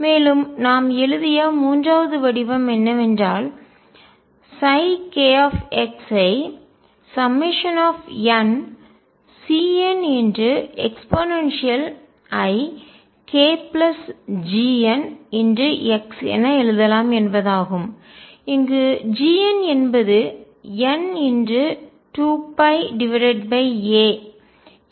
மேலும் நாம் எழுதிய மூன்றாவது வடிவம் என்னவென்றால் k ஐ nCneikGnx என எழுதலாம் என்பதாகும் இங்கு Gn என்பது n2πa